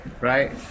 Right